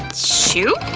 shoe?